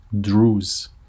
Druze